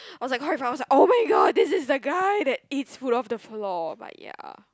I was like horrified I was like oh my god this is the guy that eats food off the floor but ya